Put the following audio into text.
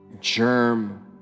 germ